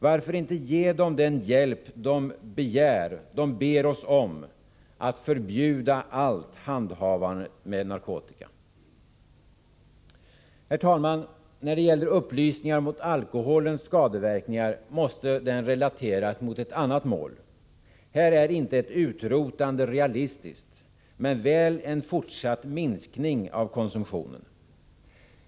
Varför inte ge dem den hjälp de ber oss om, att förbjuda all befattning med narkotika? Herr talman! Upplysningen om alkoholens skadeverkningar måste relateras mot ett annat mål. Här är inte ett utrotande realistiskt men väl en fortsatt minskning av konsumtionen.